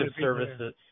Services